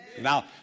Now